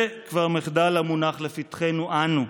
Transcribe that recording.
זה כבר מחדל המונח לפתחנו שלנו.